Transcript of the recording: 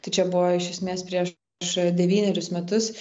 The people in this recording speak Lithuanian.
tai čia buvo iš esmės prieš devynerius metus